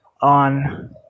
on